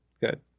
good